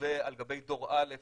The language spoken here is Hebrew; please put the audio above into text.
ועל גבי דור א'